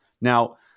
Now